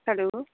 hello